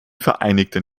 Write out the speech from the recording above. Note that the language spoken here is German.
vereinigten